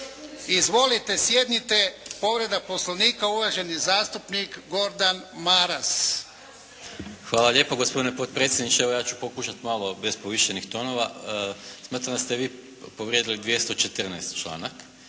Izvolite sjednite. Povreda Poslovnika, uvaženi zastupnik Gordan Maras. **Maras, Gordan (SDP)** Hvala lijepo gospodine potpredsjedniče. Evo ja ću pokušati malo bez povišenih tonova. Smatram da ste vi povrijedili 214. članak,